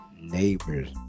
Neighbors